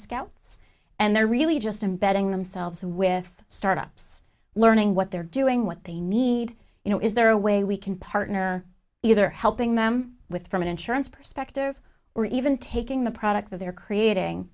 scouts and they're really just embedding themselves with startups learning what they're doing what they need you know is there a way we can partner either helping them with from an insurance perspective or even taking the product that they're creating